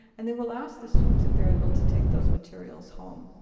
and they will ask the students if they are able to take those materials home.